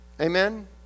Amen